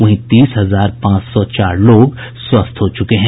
वहीं तीस हजार पांच सौ चार लोग स्वस्थ हो चुके हैं